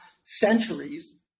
centuries